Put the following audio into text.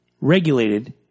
regulated